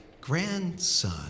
grandson